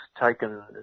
taken